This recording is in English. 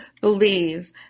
believe